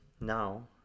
now